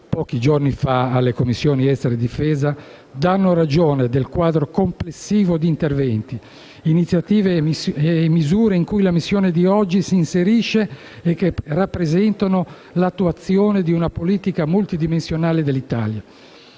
pochi giorni fa alle Commissioni affari esteri e difesa del Senato danno ragione del quadro complessivo di interventi, iniziative e misure in cui la missione di oggi si inserisce e che rappresentano l'attuazione di una politica multidimensionale dell'Italia.